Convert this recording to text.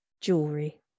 jewelry